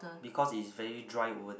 because it is very dry over there